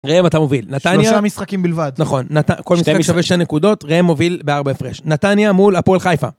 ראם אתה מוביל, נתניה... שלושה משחקים בלבד. נכון, כל משחק שווה שתי נקודות, ראם מוביל בארבע פרש. נתניה מול הפועל חיפה.